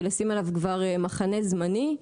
לשים עליו כבר מחנה זמני.